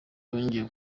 yongeye